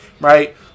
right